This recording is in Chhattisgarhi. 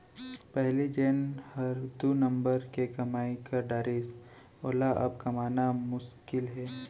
पहिली जेन हर दू नंबर के कमाई कर डारिस वोला अब कमाना मुसकिल हे